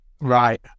Right